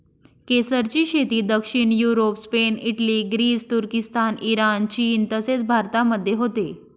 केसरची शेती दक्षिण युरोप, स्पेन, इटली, ग्रीस, तुर्किस्तान, इराण, चीन तसेच भारतामध्ये होते